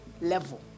level